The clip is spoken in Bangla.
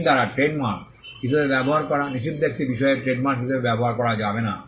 আইন দ্বারা ট্রেডমার্ক হিসাবে ব্যবহার করা নিষিদ্ধ একটি বিষয় ট্রেডমার্ক হিসাবে ব্যবহার করা যাবে না